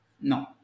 No